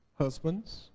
Husbands